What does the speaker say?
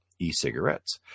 e-cigarettes